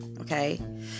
okay